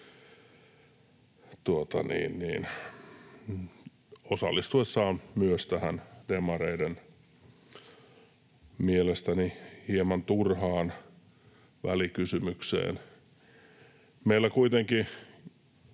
osallistuessaan myös tähän demareiden mielestäni hieman turhaan välikysymykseen. Meillä kuitenkin